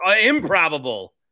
improbable